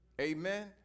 Amen